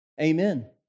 Amen